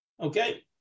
Okay